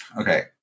okay